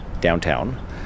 downtown